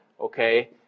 okay